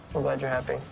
i'm glad you're happy.